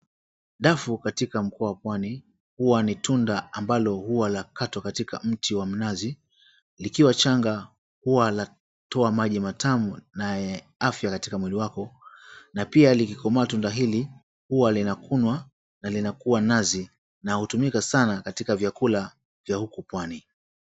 Dafu katika mkoa wa pwani huwa ni tunda ambalo huwa la kukatwa katika mti wa mnazi. Likiwa changa huwa latoa maji matamu na ya afya katika mwili wako na pia likikomaa tunda hili huwa linakunwa na linakuwa nazi na hutumika sana katika vyakula vya huku pwani.